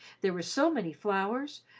there were so many flowers,